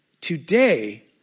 today